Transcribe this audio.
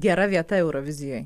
gera vieta eurovizijoj